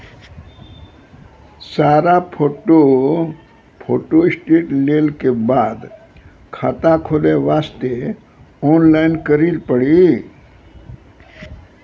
सारा photo photostat लेल के बाद खाता खोले वास्ते ऑनलाइन करिल पड़ी?